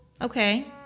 Okay